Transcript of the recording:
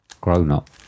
grown-up